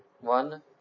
one